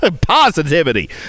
Positivity